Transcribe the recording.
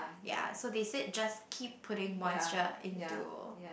ya so they said just keep putting moisture into